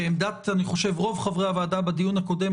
כעמדת אני חושב רוב חברי הוועדה בדיון הקודם,